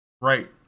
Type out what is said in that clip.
Right